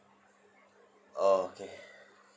oh okay